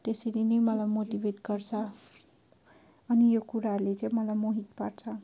त्यसरी नै मलाई मोटिभेट गर्छ अनि यो कुराहरूले चाहिँ मलाई मोहित पार्छ